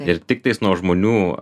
ir tiktais nuo žmonių